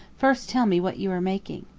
first tell me what you are making.